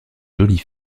jolie